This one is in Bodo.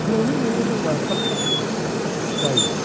न'नि मैगं दंब्ला थाब थाब जायो